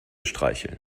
streicheln